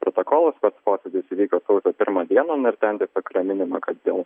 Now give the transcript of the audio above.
protokolas pats posėdis įvyko sausio pirmą dieną nu ir ten tiesiog yra minima kad dėl